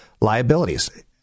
Liabilities